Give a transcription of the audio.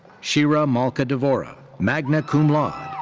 sheira malca dvora, magna cum laude.